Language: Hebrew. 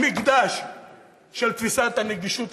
המקדש של תפיסת הנגישות,